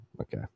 okay